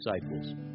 disciples